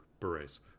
Berets